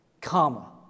Comma